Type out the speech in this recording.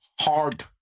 hard